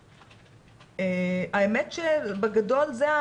האמת שזה בגדול,